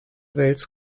wales